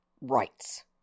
rights